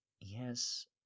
Yes